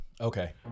Okay